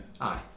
Aye